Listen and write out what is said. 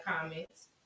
comments